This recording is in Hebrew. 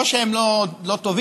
לא שהם לא טובים,